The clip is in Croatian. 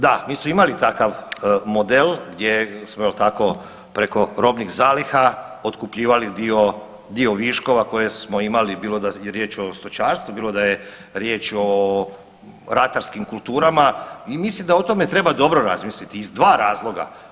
Da, mi smo imali takav model gdje smo tako preko robnih zaliha otkupljivali dio viškova koje smo imali bilo da je riječ o stočarstvu, bilo da je riječ o ratarskim kulturama i mislim da o tome treba dobro razmisliti iz dva razloga.